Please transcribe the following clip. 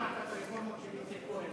לא שמעת את הרפורמות של איציק כהן.